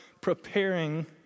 preparing